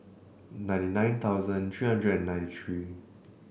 ninety nine thousand three hundred and ninety three